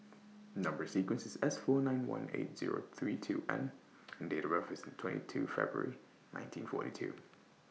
Number sequence IS S four nine one eight Zero three two N and Date of birth IS twenty two February nineteen forty two